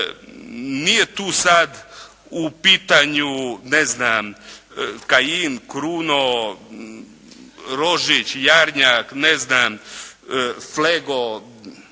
Nije tu sad u pitanju ne znam, Kajin, Kruno, Rožić, Jarnjak, ne znam, Flego, gospođa